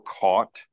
caught